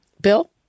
Bill